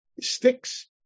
sticks